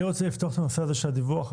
אני רוצה לפתוח את הנושא הזה של הדיווח.